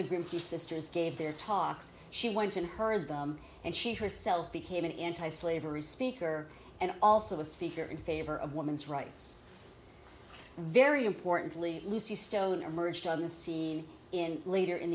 tea sisters gave their talks she went and heard them and she herself became an anti slavery speaker and also a speaker in favor of women's rights very importantly lucy stone emerged on the scene in later in